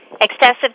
Excessive